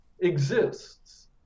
exists